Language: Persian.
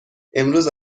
امروز